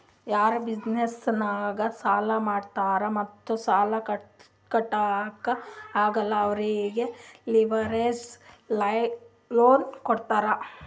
ಯಾರು ಬಿಸಿನೆಸ್ ನಾಗ್ ಸಾಲಾ ಮಾಡಿರ್ತಾರ್ ಮತ್ತ ಸಾಲಾ ಕಟ್ಲಾಕ್ ಆಗಲ್ಲ ಅವ್ರಿಗೆ ಲಿವರೇಜ್ ಲೋನ್ ಕೊಡ್ತಾರ್